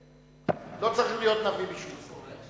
לא צריך להיות נביא בשביל זה.